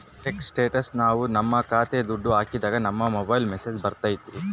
check ಸ್ಟೇಟಸ್ನ ನಾವ್ ನಮ್ ಖಾತೆಗೆ ದುಡ್ಡು ಹಾಕಿದಾಗ ನಮ್ ಮೊಬೈಲ್ಗೆ ಮೆಸ್ಸೇಜ್ ಬರ್ತೈತಿ